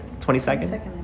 22nd